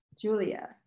Julia